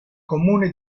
comune